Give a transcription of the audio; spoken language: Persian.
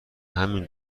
همین